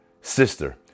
sister